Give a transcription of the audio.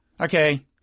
Okay